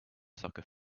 soccer